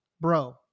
bro